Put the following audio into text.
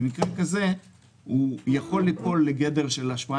במקרה כזה הוא יכול ליפול לגדר של "השפעה